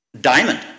diamond